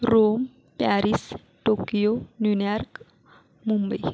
Rome Paris Tokyo New York Mumbai